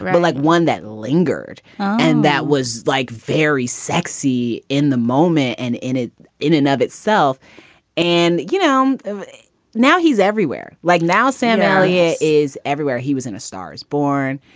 but like one that lingered and that was like very sexy in the moment and in it in and of itself and, you know, and now he's everywhere. like now sam elliott is everywhere. he was in a stars born.